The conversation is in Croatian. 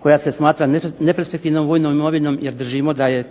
koja se smatra neperspektivnom vojnom imovinom jer držimo da je